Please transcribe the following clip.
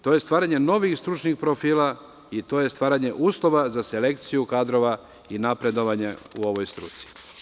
To je stvaranje novih i stručnih profila i to je stvaranje uslova za selekciju kadrova i napredovanja u ovoj struci.